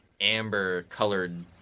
amber-colored